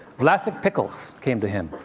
vlasic pickles came to him,